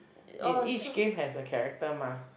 in each game has a character mah